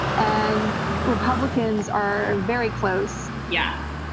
and republicans are very close. yeah.